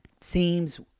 seems